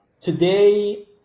today